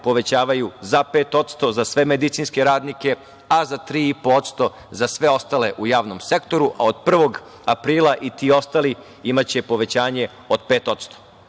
povećavaju za 5%, za sve medicinske radnike, a za 3,5% za sve ostale u javnom sektoru, a od 1. aprila i ostali imaće povećanje od 5%.